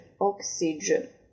oxygen